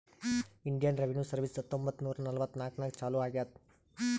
Indian revenue service ಹತ್ತೊಂಬತ್ತ್ ನೂರಾ ನಲ್ವತ್ನಾಕನಾಗ್ ಚಾಲೂ ಆಗ್ಯಾದ್